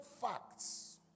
facts